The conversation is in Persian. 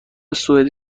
سوئدی